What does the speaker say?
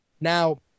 Now